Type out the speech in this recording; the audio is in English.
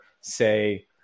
say